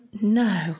no